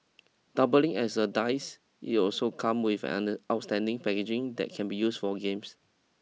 doubling as a dice it also come with an outstanding packaging that can be used for games